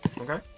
Okay